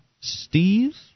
Steve